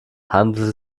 handelt